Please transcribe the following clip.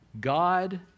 God